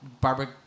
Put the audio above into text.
Barbara